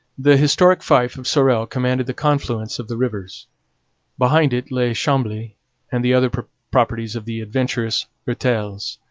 the historic fief of sorel commanded the confluence of the rivers behind it lay chambly and the other properties of the adventurous hertels.